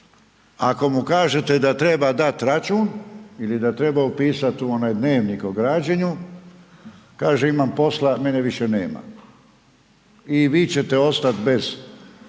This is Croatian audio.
ako mu kažete da treba dat račun ili da treba upisat u onaj Dnevnik o građenju, kaže imam posla, mene više nema i vi ćete ostat bez vodovodne